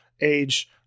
age